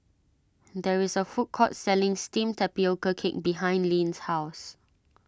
there is a food court selling Steamed Tapioca Cake behind Lyn's house